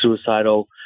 suicidal